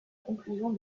conclusion